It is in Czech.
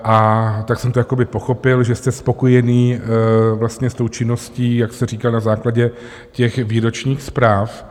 A tak jsem to jakoby pochopil, že jste spokojený vlastně s tou činností, jak jste říkal na základě těch výročních zpráv.